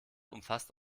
umfasst